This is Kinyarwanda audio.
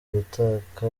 gutaka